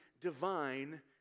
divine